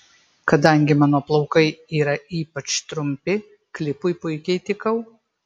kadangi mano plaukai yra ypač trumpi klipui puikiai tikau